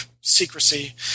secrecy